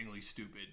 stupid